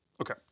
Okay